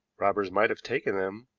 robbers might have taken them,